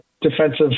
defensive